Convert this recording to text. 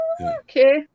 Okay